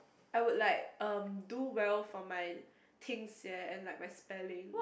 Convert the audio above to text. I would like um do well for my things and like my spelling